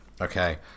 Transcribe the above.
Okay